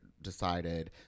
Decided